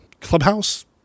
clubhouse